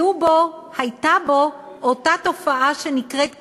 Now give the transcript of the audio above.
הייתה בו אותה תופעה שנקראת כלנתריזם.